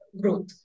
growth